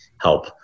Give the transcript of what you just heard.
help